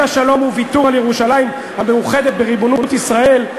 השלום הוא ויתור על ירושלים המאוחדת בריבונות ישראל,